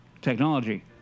technology